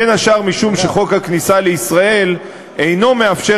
בין השאר משום שחוק הכניסה לישראל לא אפשר